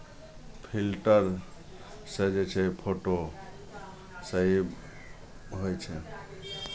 फिल्टरसँ जे छै फोटो सही होइ छै